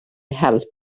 help